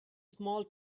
small